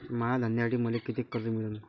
माया धंद्यासाठी मले कितीक कर्ज मिळनं?